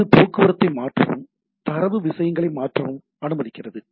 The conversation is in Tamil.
இது போக்குவரத்தை மாற்றவும் தரவை விஷயங்களுக்கு மாற்றவும் அனுமதிக்கிறது